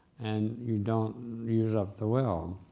and you don't use up the well.